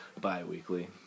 bi-weekly